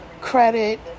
credit